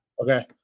Okay